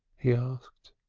he asked.